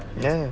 ya ya